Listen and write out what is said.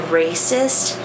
racist